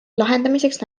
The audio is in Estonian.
lahendamiseks